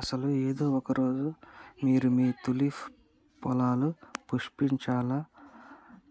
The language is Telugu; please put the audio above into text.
అసలు ఏదో ఒక రోజు మీరు మీ తూలిప్ పొలాలు పుష్పించాలా